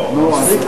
הם ילכו